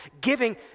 Giving